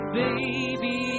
baby